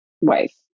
wife